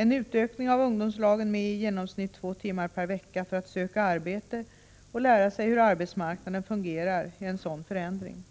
En utökning av ungdomslagen med i genomsnitt två timmar per vecka för att ungdomarna skall söka arbete och lära sig hur arbetsmarknaden fungerar är en sådan förändring.